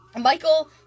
michael